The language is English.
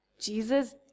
Jesus